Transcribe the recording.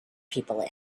people